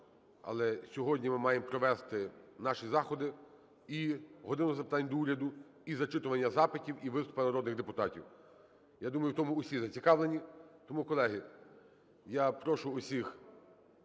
Але сьогодні ми маємо провести наші заходи – і "годину запитань до Уряду", і зачитування запитів, і виступи народних депутатів. Я думаю, в тому усі зацікавлені. Тому, колеги, я прошу всіх…